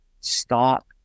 Stop